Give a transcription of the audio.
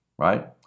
Right